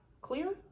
Clear